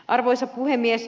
arvoisa puhemies